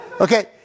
Okay